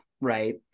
Right